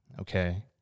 Okay